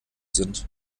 sind